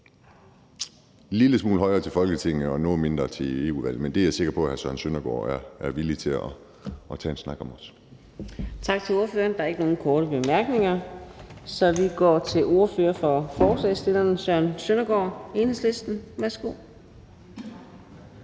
en lille smule højere til Folketinget og noget lavere til europaparlamentsvalget, men det er jeg sikker på at hr. Søren Søndergaard også er villig til at tage en snak om. Kl. 18:26 Fjerde næstformand (Karina Adsbøl): Tak til ordføreren. Der er ikke nogen korte bemærkninger, så vi går til ordføreren for forslagsstillerne, hr. Søren Søndergaard, Enhedslisten. Værsgo.